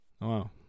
Wow